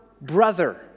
brother